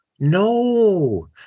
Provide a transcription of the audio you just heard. no